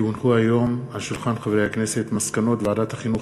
כי הונחו היום על שולחן הכנסת מסקנות ועדת החינוך,